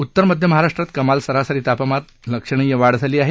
उत्तर मध्य महाराष्ट्रात कमाल सरासरी तापमानात लक्षणीय वाढ झाली आहे